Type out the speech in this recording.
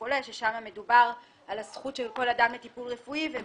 לדאוג לקבלת הטיפול הרפואי שהוא זקוק